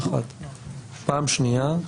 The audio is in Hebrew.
פעם שניה,